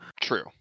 True